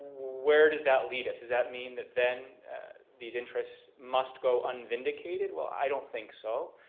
where does that lead us does that mean that then these interests must go unvindicated? well i don't think so.